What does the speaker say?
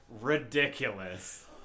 ridiculous